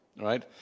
right